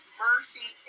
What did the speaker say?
mercy